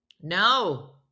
No